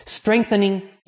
strengthening